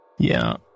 Yeah